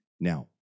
Now